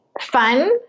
fun